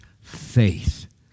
faith